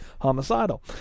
homicidal